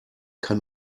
kann